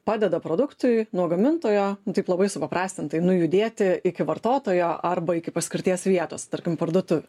padeda produktui nuo gamintojo taip labai supaprastintai nujudėti iki vartotojo arba iki paskirties vietos tarkim parduotuvių